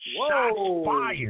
Whoa